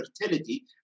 fertility